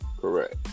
Correct